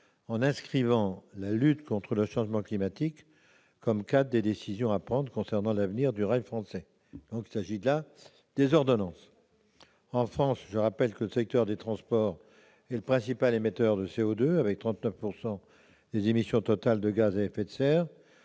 en inscrivant la lutte contre le réchauffement climatique comme cadre des décisions à prendre concernant l'avenir du rail français. En France, le secteur des transports est le principal émetteur de CO2 avec 39 % des émissions totales de gaz à effet de serre,